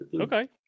Okay